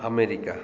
America